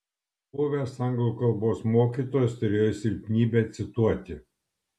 buvęs anglų kalbos mokytojas turėjo silpnybę cituoti